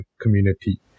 community